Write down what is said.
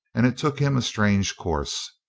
and it took him a strange course.